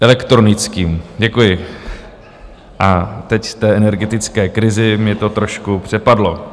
... elektronickým, děkuji, teď v té energetické krizi mě to trošku přepadlo.